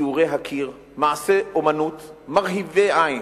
ציורי הקיר, מעשי אמנות מרהיבי עין,